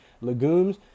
legumes